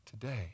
today